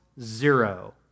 Zero